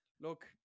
look